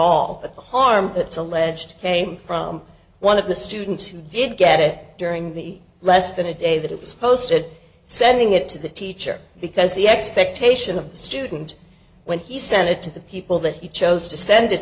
all at the harm that's a ledge came from one of the students who did get it during the less than a day that it was posted sending it to the teacher because the expectation of the student when he sent it to the people that he chose to send it